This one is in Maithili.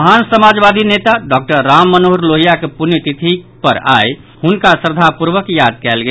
महान समाजवादी नेता डॉक्टर राम मनोहर लोहियाक पूण्यतिथि पर आई हुनका श्रद्धापूर्वक याद कयल गेल